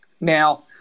Now